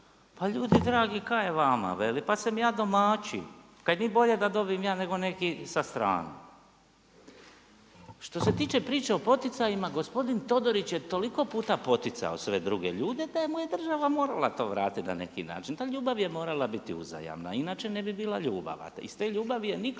pa ljudi dragi, kaj je vama, veli, pa sam ja domaći. Kaj nije bolje da dobim ja nego neki sa strane? Što se tiče priče o poticajima, gospodin Todorić je toliko puta poticao sve druge ljude da mu je država moral to vratiti na neki način, ta ljuba v je morala biti uzajamna, inače ne bi bila ljubav. A iz te ljubav je nikla